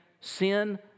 sin